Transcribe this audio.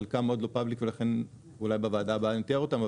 חלקם עוד לא public ולכן אולי בוועדה הבאה אני אתאר אותם,